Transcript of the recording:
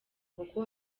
boko